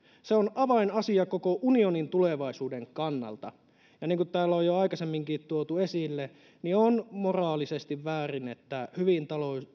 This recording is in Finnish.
se on avainasia koko unionin tulevaisuuden kannalta ja niin kuin täällä on jo aikaisemminkin tuotu esille on moraalisesti väärin että hyvin